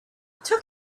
took